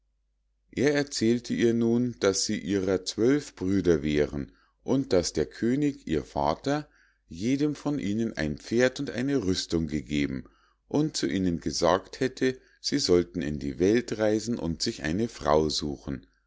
er erzählte ihr nun daß sie ihrer zwölf brüder wären und daß der könig ihr vater jedem von ihnen ein pferd und eine rüstung gegeben und zu ihnen gesagt hätte sie sollten in die welt reisen und sich eine frau suchen